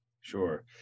sure